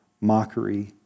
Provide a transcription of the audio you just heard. mockery